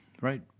right